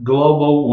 Global